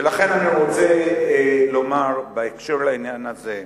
ולכן, אני רוצה לומר בהקשר של העניין הזה,